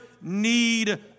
need